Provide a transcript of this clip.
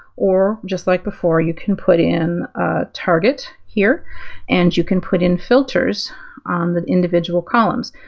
or just like before, you can put in a target here and you can put in filters on the individual columns.